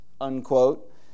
unquote